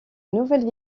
nouvelles